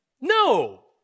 No